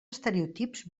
estereotips